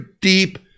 deep